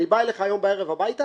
אני בא אליך היום בערב הביתה,